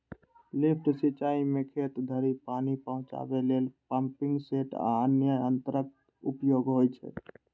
lift सिंचाइ मे खेत धरि पानि पहुंचाबै लेल पंपिंग सेट आ अन्य यंत्रक उपयोग होइ छै